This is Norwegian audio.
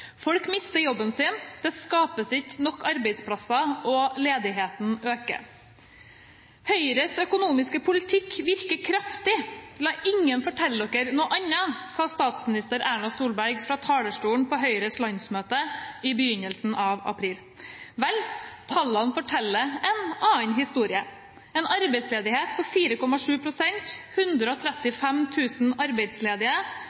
Folk mister jobbene sine, det skapes ikke nok arbeidsplasser, og ledigheten øker. «Høyres økonomiske politikk virker kraftig. La ingen forteller dere noe annet.» Dette sa statsminister Erna Solberg fra talerstolen på Høyres landsmøte i begynnelsen av april. Vel, tallene forteller en annen historie. En arbeidsledighet på